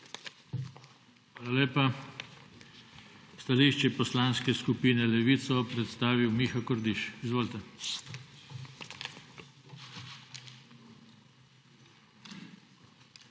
Hvala lepa. Stališče Poslanske skupine Levica bo predstavil Miha Kordiš. Izvolite. MIHA